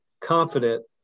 confident